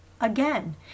again